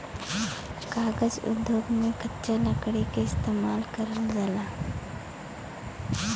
कागज उद्योग में कच्चा लकड़ी क इस्तेमाल करल जाला